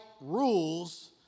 rules